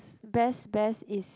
best best is